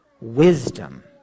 wisdom